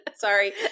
sorry